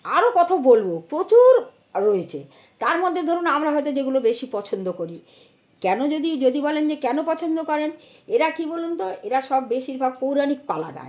আরও কত বলব প্রচুর রয়েছে তার মধ্যে ধরুন আমরা হয়তো যেগুলো বেশি পছন্দ করি কেন যদি যদি বলেন যে কেন পছন্দ করেন এরা কী বলুন তো এরা সব বেশিরভাগ পৌরাণিক পালা গায়